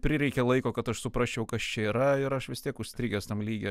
prireikė laiko kad aš suprasčiau kas čia yra ir aš vis tiek užstrigęs tam lygy